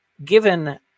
Given